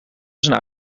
zijn